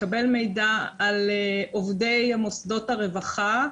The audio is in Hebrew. לקבל מידע על עובדי מוסדות הרווחה,